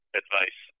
advice